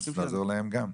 אז צריך לעזור גם להם.